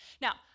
Now